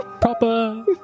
proper